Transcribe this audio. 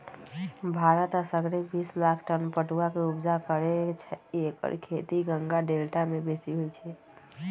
भारत असगरे बिस लाख टन पटुआ के ऊपजा करै छै एकर खेती गंगा डेल्टा में बेशी होइ छइ